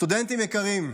סטודנטים יקרים,